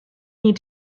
need